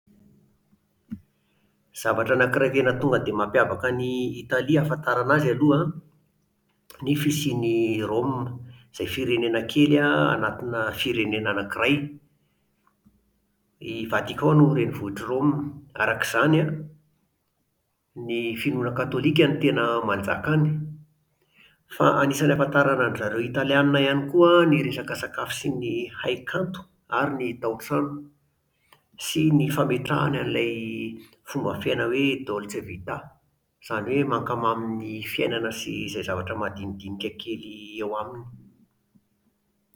Zavatra anankiray tena tonga dia mampiavaka an'i Italia ahafantarana azy aloha an, ny fisian'i Rôme, izay firenena kely an anatina firenena iray. I Vatican no renivohitr'i Rôme. Araka izany an, ny finoana katôlika no tena manjaka any. Fa anisan'ny ahafantarana an-dry zareo italiàna ihany koa an, ny resaka sakafo sy ny haikanto ary ny taotrano sy ny fametrahany an'ilay fomba fiaina hoe dolce vita, izany hoe mankamamy ny fiainana sy izay zavatra madinidinika kely eo aminy